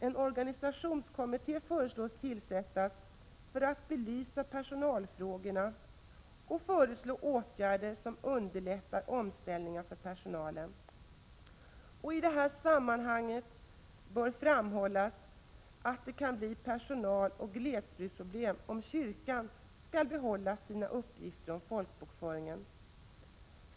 En organisationskommitté föreslås tillsättas för att belysa personalfrågorna och föreslå åtgärder som underlättar omställningar för personalen. I detta sammanhang bör framhållas att det kan bli personaloch glesbygdsproblem om kyrkan skall behålla sina uppgifter med folkbokföringen.